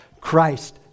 Christ